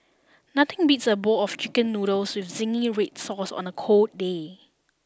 nothing beats a bowl of chicken noodles with zingy red sauce on a cold day